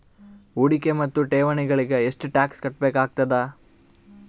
ಹೂಡಿಕೆ ಮತ್ತು ಠೇವಣಿಗಳಿಗ ಎಷ್ಟ ಟಾಕ್ಸ್ ಕಟ್ಟಬೇಕಾಗತದ?